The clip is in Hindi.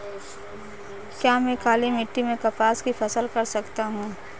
क्या मैं काली मिट्टी में कपास की फसल कर सकता हूँ?